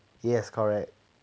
yes correct